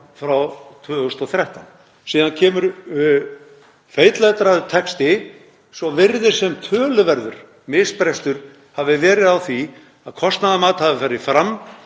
19/2013.“ Síðan kemur feitletraður texti: „Svo virðist sem töluverður misbrestur hafi verið á því að kostnaðarmat hafi farið fram